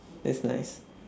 that's nice